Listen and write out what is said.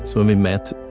so um we met.